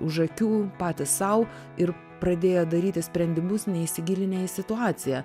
už akių patys sau ir pradėję daryti sprendimus neįsigilinę į situaciją